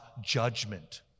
judgment